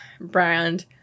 brand